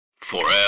forever